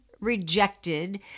rejected